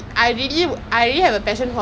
that's why that's why that's how I feel also